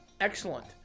Excellent